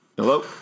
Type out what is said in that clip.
Hello